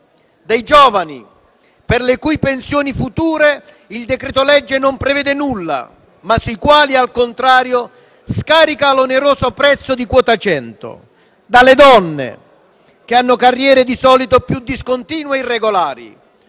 dai giovani, per le cui pensioni future il decreto-legge non prevede nulla, ma sui quali, al contrario, scarica l'oneroso prezzo di quota 100, dalle donne, che hanno carriere di solito più discontinue e irregolari